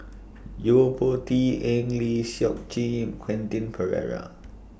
Yo Po Tee Eng Lee Seok Chee and Quentin Pereira